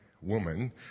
woman